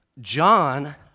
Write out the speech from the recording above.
John